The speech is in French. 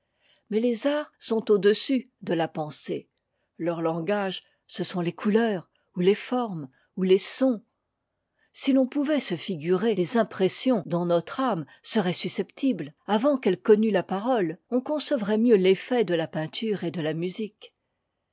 mais les arts sont au-dessus de ta'pensée leur langage ce sont les couleurs ou les formes ou les sons si l'on pouvait se figurer les impressions dont notre âme serait susceptible avant quelle connut la parole on concevrait mieux l'effet de la peinture et de la musique